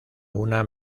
una